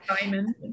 Diamond